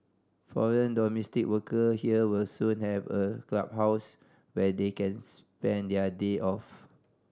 foreign domestic worker here will soon have a clubhouse where they can spend their day off